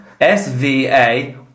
S-V-A-